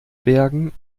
bergen